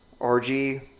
RG